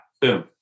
Boom